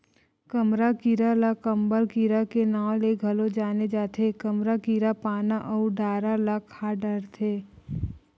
कमरा कीरा ल कंबल कीरा के नांव ले घलो जाने जाथे, कमरा कीरा पाना अउ डारा ल खा डरथे